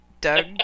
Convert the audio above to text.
Doug